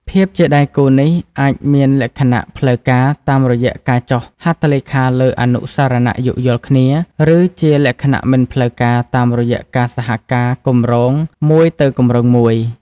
ភាពជាដៃគូនេះអាចមានលក្ខណៈផ្លូវការតាមរយៈការចុះហត្ថលេខាលើអនុស្សរណៈយោគយល់គ្នា ឬជាលក្ខណៈមិនផ្លូវការតាមរយៈការសហការគម្រោងមួយទៅគម្រោងមួយ។